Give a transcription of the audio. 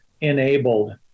enabled